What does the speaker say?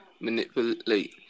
manipulate